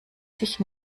sich